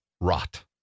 rot